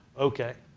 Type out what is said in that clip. okay,